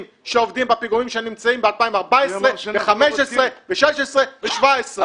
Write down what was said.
שעובדים על פיגומים שקיימים ב- 2014 וב-2015 וב-2016 וב2017.